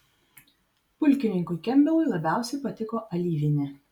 pulkininkui kempbelui labiausiai patiko alyvinė